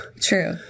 True